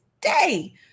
day